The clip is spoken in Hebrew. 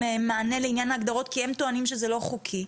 מענה לעניין ההגדרות בטענה שזה לא חוקי,